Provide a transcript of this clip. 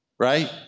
right